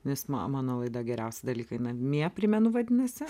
nes ma mano laida geriausi dalykai namie primenu vadinasi